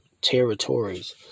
territories